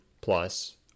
Plus